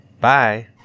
Bye